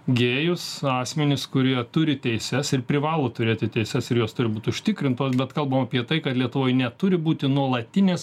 gėjus asmenis kurie turi teises ir privalo turėti teises ir jos turi būt užtikrintos bet kalbam apie tai kad lietuvoj neturi būti nuolatinės